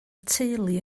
teulu